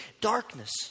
darkness